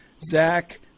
Zach